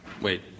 Wait